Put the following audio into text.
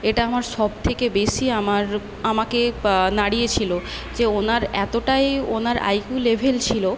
এটা আমার সবথেকে বেশি আমার আমাকে নাড়িয়ে ছিলো যে ওনার এতটাই ওনার আই কিউ লেভেল ছিলো